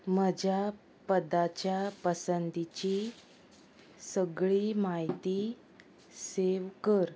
म्हज्या पदाच्या पसंदीची सगळी म्हायती सेव कर